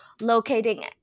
locating